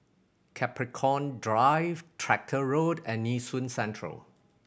Capricorn Drive Tractor Road and Nee Soon Central